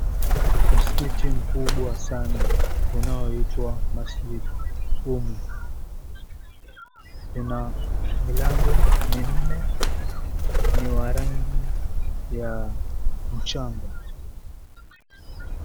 Msikiti mkubwa sana, unaoitwa "Masjid Ummu", ina milango minne, ni wa rangi ya mchanga.